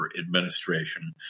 administration